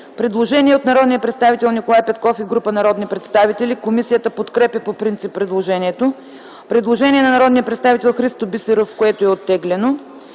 Предложение на народния представител Николай Петков и група народни представители. Комисията подкрепя предложението. Има предложение на народния представител Христо Бисеров, което е оттеглено.